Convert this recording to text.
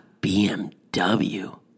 BMW